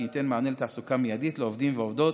שייתן מענה לתעסוקה מיידית לעובדים ולעובדות